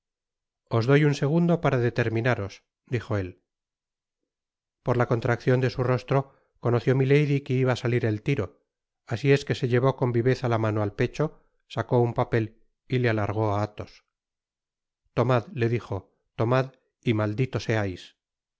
os doy un segundo para determinaros dijo él por la contraccion de su rostro conoció milady que iba á salir el tiro asi es que se llevó con viveza la mano al pecho sacó un papel y le alargó á athos tomad le dijo tomad y maldito seais